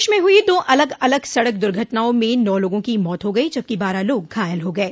प्रदेश में हुई दो अलग अलग सड़क दुर्घटनाओं में नौ लोगों की मौत हो गई जबकि बारह लोग घायल हो गये